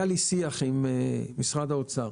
היה לי שיח עם משרד האוצר,